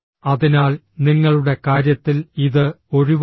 അതിനാൽ നിങ്ങളുടെ കാര്യത്തിൽ ഇത് ഒഴിവാക്കണം